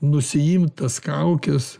nusiimt tas kaukes